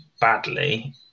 badly